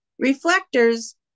Reflectors